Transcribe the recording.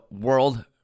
World